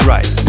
Right